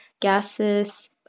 gases